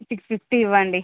six fifty ఇవ్వండి